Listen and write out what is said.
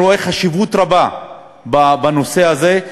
לכן, אני רואה חשיבות רבה בנושא הזה.